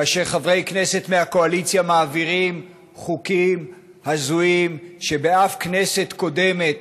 כאשר חברי כנסת מהקואליציה מעבירים חוקים הזויים שבשום כנסת קודמת